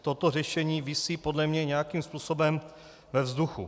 Toto řešení visí podle mě nějakým způsobem ve vzduchu.